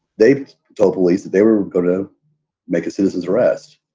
they told police that they were going to make a citizen's arrest.